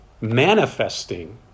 manifesting